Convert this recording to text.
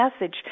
message